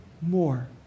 more